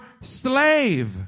slave